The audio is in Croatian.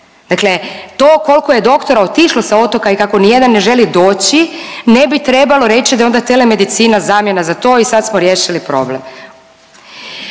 Dakle, to koliko je doktora otišlo sa otoka i kako nijedan ne želi doći ne bi trebalo reći da je onda telemedicina zamjena za to i sad smo riješili problem.